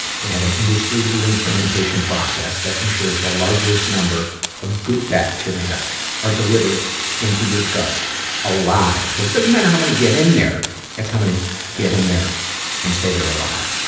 they have an industry-leading fermentation process that ensures the largest number of good bacteria are delivered into your gut alive. cuz it doesn't matter how many get in there it's how many get in there and stay there alive.